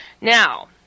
Now